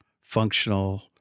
functional